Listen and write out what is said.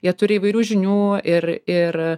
jie turi įvairių žinių ir ir